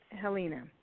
Helena